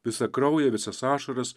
visą kraują visas ašaras